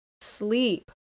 sleep